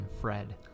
Fred